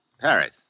Paris